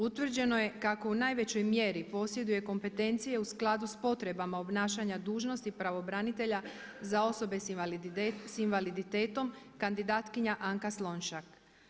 Utvrđeno je kako u najvećoj mjeri posjeduje kompetencije u skladu sa potrebama obnašanja dužnosti pravobranitelja za osobe sa invaliditetom kandidatkinja Anka Slonjšak.